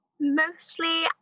Mostly